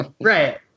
Right